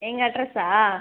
எங்கள் அட்ரஸா